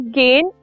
gain